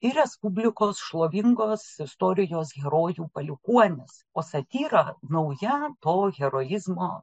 ir respublikos šlovingos istorijos herojų palikuonis o satyra nauja to heroizmo